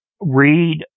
read